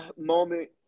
moment